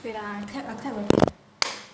wait ah I tap I tap my